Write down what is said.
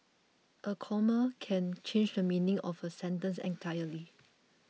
a comma can change the meaning of a sentence entirely